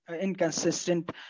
inconsistent